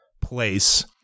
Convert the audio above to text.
place